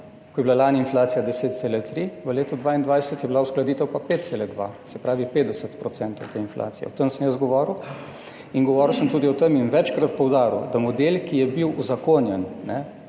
ko je bila lani inflacija 10,3, v letu 2022, je bila uskladitev pa 5,2, se pravi 50 % te inflacije. O tem sem jaz govoril. Govoril sem tudi o tem in večkrat poudaril, da model, ki je bil uzakonjen